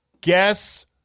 Guess